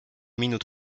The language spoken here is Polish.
minut